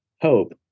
hope